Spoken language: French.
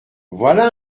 voilà